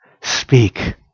speak